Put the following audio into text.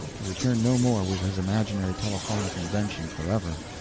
to return no more with his imaginary telephonic invention forever.